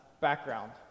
background